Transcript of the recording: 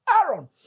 Aaron